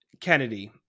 Kennedy